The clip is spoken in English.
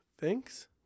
Thanks